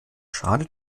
schale